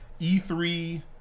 E3